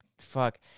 fuck